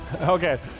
Okay